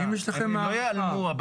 הם לא יעלמו.